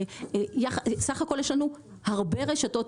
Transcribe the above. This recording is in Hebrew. סך הכל יש לנו הרבה רשתות,